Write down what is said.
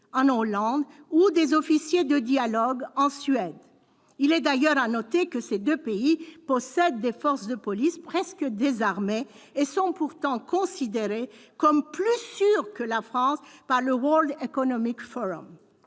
en Hollande ou des « officiers de dialogue » en Suède. Il est d'ailleurs à noter que ces deux pays possèdent des forces de police presque désarmées et sont pourtant considérés comme plus « sûrs » que la France par le World Economic Forum.